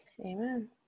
amen